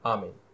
Amen